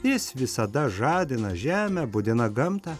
jis visada žadina žemę budina gamtą